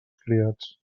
criats